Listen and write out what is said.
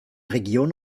region